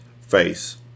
face